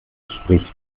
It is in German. sprich